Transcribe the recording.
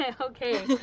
Okay